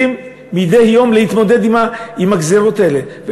צריכים מדי יום להתמודד עם הגזירות האלה.